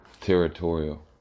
territorial